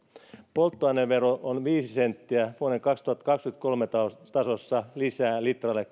polttoainevero on viisi senttiä vuoden kaksituhattakaksikymmentäkolmen tasossa lisää litralle